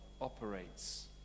operates